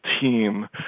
team